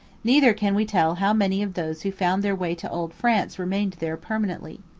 neither can we tell how many of those who found their way to old france remained there permanently.